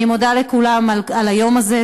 אני מודה לכולם על היום הזה.